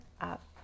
up